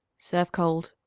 serve cold.